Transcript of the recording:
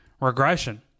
regression